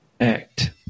act